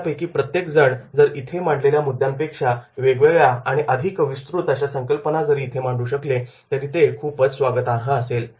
आपल्यापैकी प्रत्येकजण जर इथे मांडलेल्या मुद्द्यांपेक्षा वेगवेगळ्या आणि अधिक विस्तृत अशा संकल्पना जरी इथे मांडू शकले ते तर ते खूपच स्वागतार्ह असेल